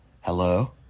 Hello